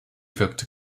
wirkte